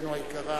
מפלגתנו היקרה,